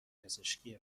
پزشکی